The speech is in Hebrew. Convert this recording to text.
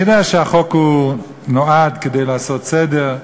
אני יודע שהחוק נועד לעשות סדר,